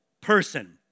person